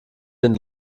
den